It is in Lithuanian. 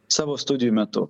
savo studijų metu